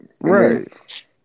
Right